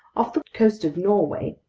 off the coast of norway,